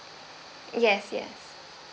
yes yes